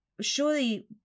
surely